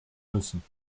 müssen